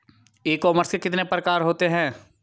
ई commerce के कितने प्रकार होते हैं?